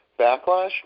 Backlash